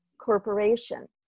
corporation